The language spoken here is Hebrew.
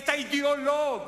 את האידיאולוג,